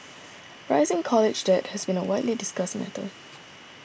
rising college debt has been a widely discussed matter